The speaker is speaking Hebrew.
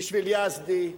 בשביל יזדי,